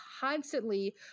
constantly